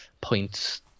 points